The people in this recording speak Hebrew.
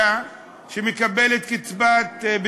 בהצעת החוק היא השמירה על עניינם של